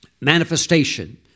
manifestation